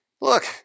look